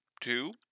two